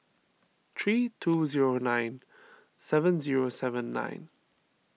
three two zero nine seven zero seven nine